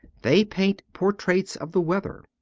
they paint portraits of the weather.